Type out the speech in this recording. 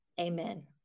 Amen